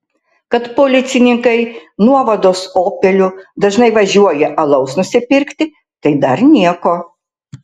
kad policininkai nuovados opeliu dažnai važiuoja alaus nusipirkti tai dar nieko